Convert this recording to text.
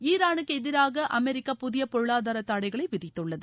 ஈரானுக்கு எதிராக அமெரிக்கா புதிய பொருளாதார தடைகளை விதித்துள்ளது